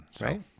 Right